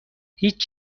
هیچ